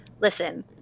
Listen